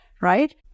Right